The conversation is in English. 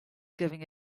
giving